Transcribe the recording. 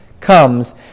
comes